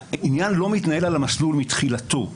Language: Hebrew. העניין לא מתנהל על המסלול מתחילתו.